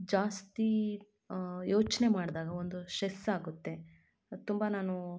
ಜಾಸ್ತಿ ಯೋಚನೆ ಮಾಡಿದಾಗ ಒಂದು ಶೆಸ್ ಆಗುತ್ತೆ ತುಂಬ ನಾನು